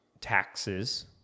taxes